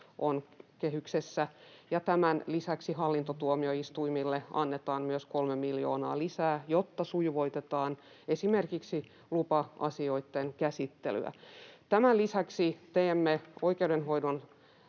on kehyksessä, ja tämän lisäksi hallintotuomioistuimille annetaan myös 3 miljoonaa lisää, jotta sujuvoitetaan esimerkiksi lupa-asioitten käsittelyä. Tämän lisäksi teemme oikeudenhoidon